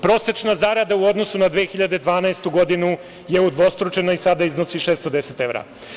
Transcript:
Prosečna zarada u odnosu na 2012. godinu je udvostručena i sada iznosi 610 evra.